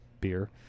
beer